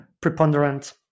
preponderant